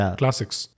classics